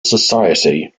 society